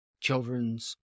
children's